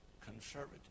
conservative